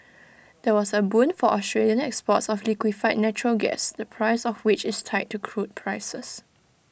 that was A boon for Australian exports of liquefied natural gas the price of which is tied to crude prices